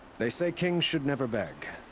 they say kings should never beg.